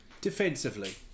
Defensively